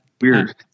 weird